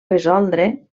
resoldre